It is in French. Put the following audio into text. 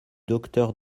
docteur